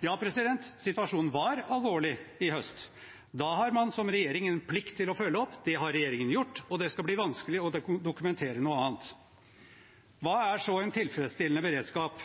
Ja, situasjonen var alvorlig i høst, og da har man som regjering en plikt til å følge opp. Det har regjeringen gjort, og det skal bli vanskelig å dokumentere noe annet. Hva er så en tilfredsstillende beredskap?